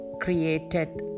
created